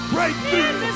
Breakthrough